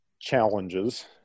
challenges